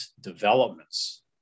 developments